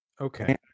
Okay